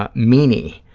ah meanie